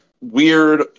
weird